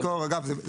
צריך לזכור, אגב,